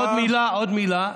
עוד מילה.